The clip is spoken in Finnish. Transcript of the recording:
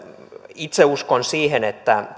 itse uskon siihen että